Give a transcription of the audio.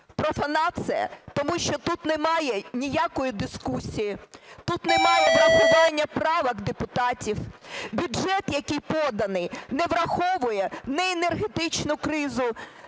Профанація, тому що тут немає ніякої дискусії, тут немає врахування правок депутатів. Бюджет, який поданий, не враховує ні енергетичну кризу,